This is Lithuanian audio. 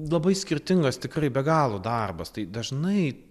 labai skirtingas tikrai be galo darbas tai dažnai